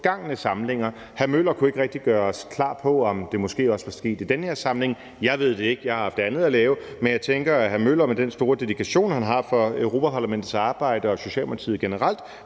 det. Hr. Henrik Møller kunne ikke rigtig gøre os klar på, om det måske også var sket i den her samling; jeg ved det ikke, jeg har haft andet at lave. Jeg tænker, at hr. Henrik Møller med den store dedikation, han har for Europa-Parlamentets arbejde og Socialdemokratiet generelt,